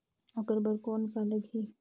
ओकर बर कौन का लगी?